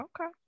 okay